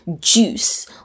juice